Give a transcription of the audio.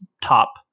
top